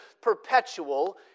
perpetual